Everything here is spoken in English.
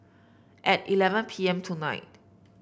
at eleven P M tonight